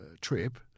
trip